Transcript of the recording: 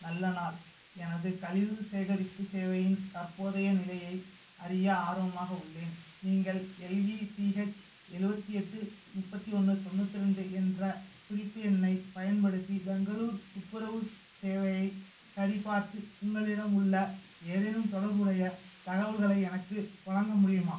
நல்ல நாள் எனது கழிவு சேகரிப்பு சேவையின் தற்போதைய நிலையை அறிய ஆர்வமாக உள்ளேன் நீங்கள் எல்இபிஹெச் எழுவத்தி எட்டு முப்பத்தி ஒன்று தொண்ணூற்றி ரெண்டு என்ற குறிப்பு எண்ணைப் பயன்படுத்தி பெங்களூர் துப்புரவு சேவையை சரிபார்த்து உங்களிடம் உள்ள ஏதேனும் தொடர்புடைய தகவல்களை எனக்கு வழங்க முடியுமா